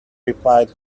replied